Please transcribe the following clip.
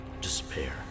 despair